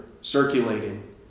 circulating